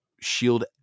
shield